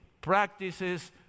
practices